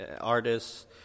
artists